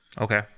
Okay